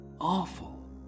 Awful